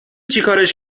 چیکارش